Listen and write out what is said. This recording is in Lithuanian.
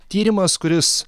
tyrimas kuris